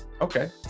Okay